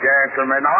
Gentlemen